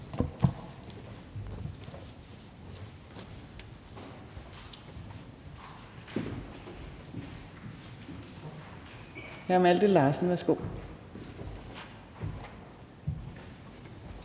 Hr. Malte Larsen, værsgo.